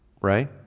right